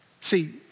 See